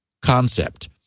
concept